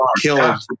killed